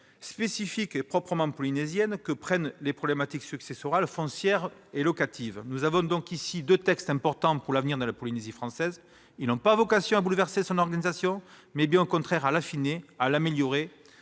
aux formes proprement polynésiennes que prennent les problématiques successorales, foncières et locatives. Il s'agit donc de deux textes importants pour l'avenir de la Polynésie française. Ils n'ont pas vocation à bouleverser l'organisation de ce territoire, mais bien au contraire à l'affiner, à l'améliorer,